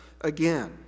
again